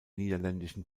niederländischen